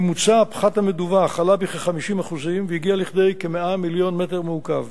ממוצע הפחת המדווח עלה בכ-50% והגיע לכדי 100 מיליון מ"ק.